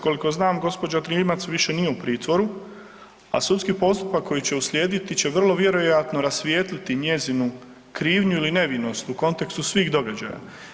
Koliko znam gospođa Rimac više nije u pritvoru, a sudski postupak koji će uslijediti će vrlo vjerojatno rasvijetliti njezinu krivnju ili nevinost u kontekstu svih događaja.